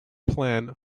plan